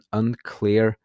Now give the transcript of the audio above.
unclear